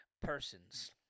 persons